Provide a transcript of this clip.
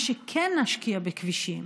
מה שכן נשקיע בכבישים,